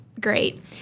great